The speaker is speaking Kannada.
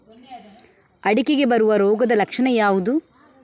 ಅಡಿಕೆಗೆ ಬರುವ ರೋಗದ ಲಕ್ಷಣ ಯಾವುದು?